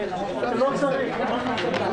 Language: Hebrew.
כל מה שסיכמו שילד יקבל הוא